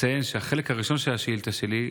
לציין שהחלק הראשון של השאילתה שלי,